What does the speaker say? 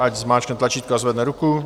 Ať zmáčkne tlačítko a zvedne ruku.